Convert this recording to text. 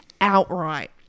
Outright